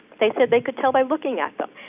they said they could, tell by looking at them.